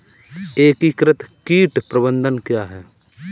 एकीकृत कीट प्रबंधन क्या है?